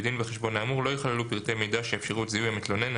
בדין וחשבון האמור לא ייכללו פרטי מידע שיאפשרו את זיהוי המתלונן,